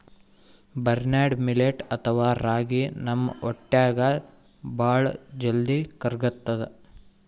barnyard millet ಅಥವಾ ರಾಗಿ ನಮ್ ಹೊಟ್ಟ್ಯಾಗ್ ಭಾಳ್ ಜಲ್ದಿ ಕರ್ಗತದ್